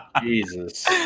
Jesus